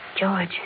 George